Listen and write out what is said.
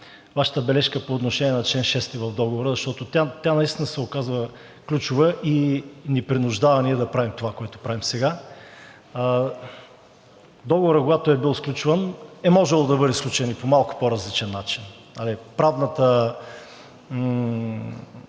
Вашата бележка по отношение на чл. 6 в договора, защото тя наистина се оказва ключова и ни принуждава ние да правим това, което правим сега. Договорът, когато е бил сключван, е можело да бъде сключен по малко по-различен начин. Правната